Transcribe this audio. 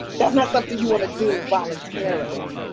that's not something you want to do voluntarily.